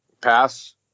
pass